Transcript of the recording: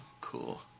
Cool